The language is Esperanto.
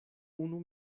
unu